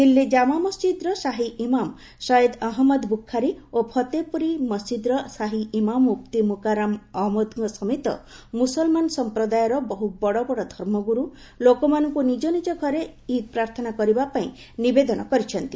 ଦିଲ୍ଲୀ ଜାମା ମସ୍ଜିଦ୍ର ଶାହିଇମାମ୍ ସୟେଦ ଅହନ୍ମଦ ବୁଖାରୀ ଓ ଫତେହ ପୁରୀ ମସ୍ଜିଦ୍ର ଶାହିଇମାମ ମୁଫତି ମୁକାରାମ୍ ଅହଞ୍ଚମଦଙ୍କ ସମେତ ମୁସଲମାନ ସମ୍ପ୍ରଦାୟର ବହୁ ବଡ ବଡ ଧର୍ମଗୁରୁ ଲୋକମାନଙ୍କୁ ନିଜ ନିଜ ଘରେ ଇଦ୍ ପ୍ରାର୍ଥନା କରିବା ପାଇଁ ନିବେଦନ କରିଛନ୍ତି